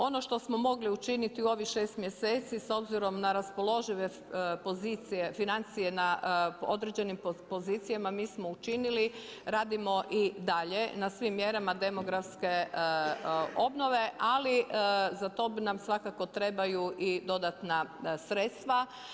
Ono što smo mogli učiniti u ovih šest mjeseci s obzirom na raspoložive financije na određenim pozicijama, mi smo učinili, radimo i dalje na svim mjerama demografske obnove, ali za to nam svakako trebaju i dodatna sredstva.